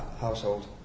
household